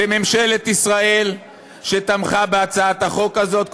לממשלת ישראל שתמכה בהצעת החוק הזאת.